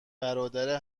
برادر